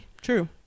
True